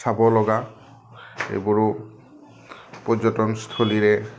চাব লগা এইবোৰো পৰ্যটনস্থলীৰে